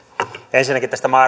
ensinnäkin tästä